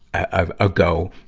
ah, ago,